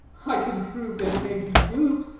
i can prove that he makes dupes